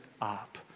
up